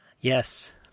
Yes